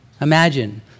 Imagine